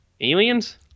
Aliens